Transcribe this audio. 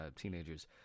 teenagers